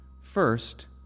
First